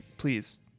Please